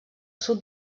sud